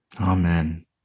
Amen